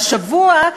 והשבוע,